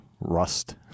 rust